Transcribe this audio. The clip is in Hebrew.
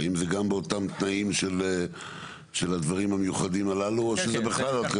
האם זה גם באותם תנאים של הדברים המיוחדים הללו או שזה בכלל.